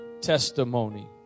testimony